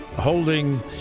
holding